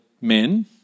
men